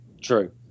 True